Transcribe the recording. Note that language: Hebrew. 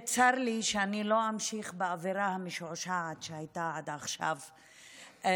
צר לי שלא אמשיך באווירה המשועשעת שהייתה עד עכשיו במליאה,